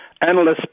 Analysts